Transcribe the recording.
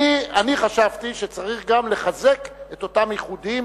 אני חשבתי שצריך גם לחזק את אותם איחודים,